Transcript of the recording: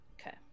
Okay